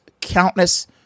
countless